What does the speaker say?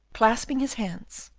clasping his hands,